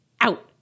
out